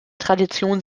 tradition